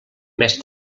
més